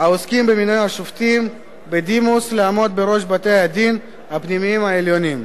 העוסקים במינוי השופטים בדימוס לעמוד בראש בתי-הדין הפנימיים העליונים.